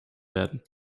werden